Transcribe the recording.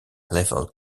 level